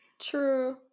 True